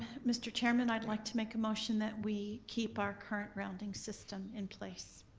mr. chairman, i'd like to make a motion that we keep our current rounding system in place.